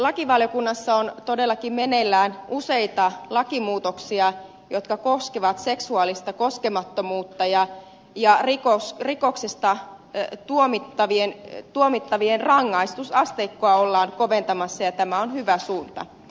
lakivaliokunnassa on todellakin meneillään useita lakimuutoksia jotka koskevat seksuaalista koskemattomuutta ja rikoksista tuomittavien rangaistusasteikkoa ollaan koventamassa ja tämä on hyvä suunta